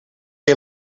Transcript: que